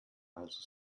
also